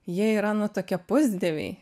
jie yra nu tokie pusdieviai